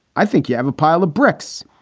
i think you have a pile of bricks.